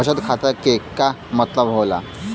बचत खाता के का मतलब होला?